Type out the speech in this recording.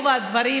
הכנסת.